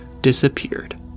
disappeared